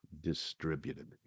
distributed